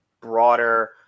broader